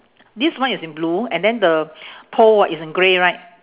this one is in blue and then the pole ah is in grey right